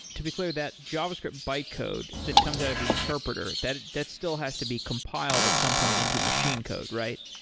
to be clear, that javascript bytecode that comes out of the interpreter, that that still has to be compiled at some point into a machine code, right?